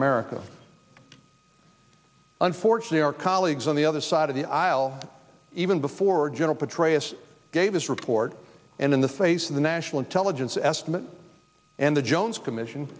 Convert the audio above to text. america unfortunate or colleagues on the other side of the aisle even before general petraeus gave his report and in the face of the national intelligence estimate and the jones commission